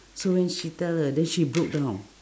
so when she tell her then she broke down